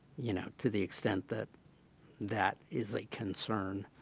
you know, to the extent that that is a concern.